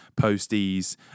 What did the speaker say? posties